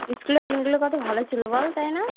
ইস্কুলের দিনগুলো কত ভালো ছিল বল তাই না